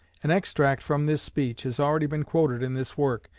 an extract from this speech has already been quoted in this work,